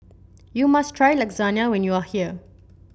you must try Lasagna when you are here